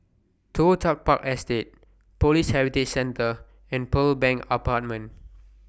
Toh Tuck Park Estate Police Heritage Centre and Pearl Bank Apartment